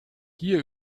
hier